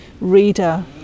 reader